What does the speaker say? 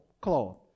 cloth